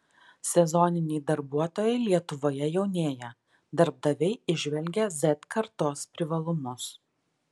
sezoniniai darbuotojai lietuvoje jaunėja darbdaviai įžvelgia z kartos privalumus